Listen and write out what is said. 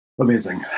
Amazing